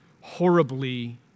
horribly